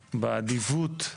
באדיבות,